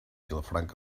vilafranca